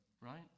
right